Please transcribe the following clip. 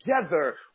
together